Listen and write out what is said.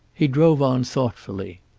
he drove on, thoughtfully.